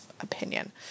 opinion